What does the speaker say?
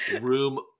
Room